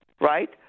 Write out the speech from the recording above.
right